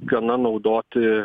gana naudoti